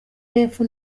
y’epfo